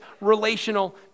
relational